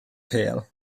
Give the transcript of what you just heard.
pêl